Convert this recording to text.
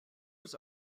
was